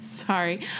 Sorry